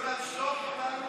שלוש דקות.